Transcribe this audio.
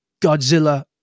Godzilla